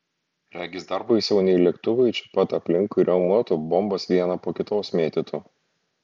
regis dar baisiau nei lėktuvai čia pat aplinkui riaumotų bombas vieną po kitos mėtytų